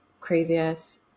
craziest